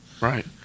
Right